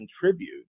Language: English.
contribute